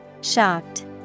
Shocked